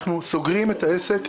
אנחנו סוגרים את העסק.